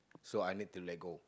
so I need to let go